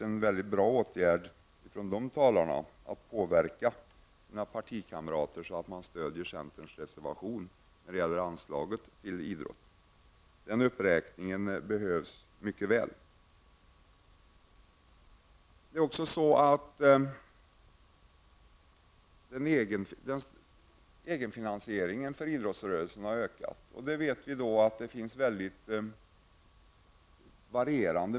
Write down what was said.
En väldigt bra åtgärd av dessa talare vore naturligtvis att påverka sina partikamrater så att de stöder centerns reservationer när det gäller anslaget till idrotten. Den uppräkning som vi föreslagit behövs mycket väl. Det är också så att idrottsrörelsens egen finansiering har ökat.